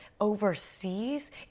overseas